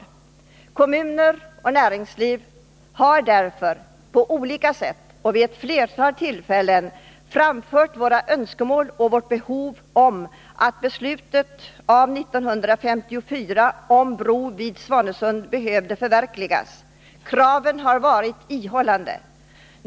Representanter för kommuner och näringsliv har därför på olika sätt och vid ett flertal tillfällen framfört våra önskemål och pekat på behovet av att beslutet från 1954 om bro vid Svanesund förverkligas. Kraven har varit ihållande.